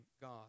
God